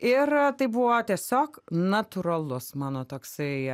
ir tai buvo tiesiog natūralus mano toksai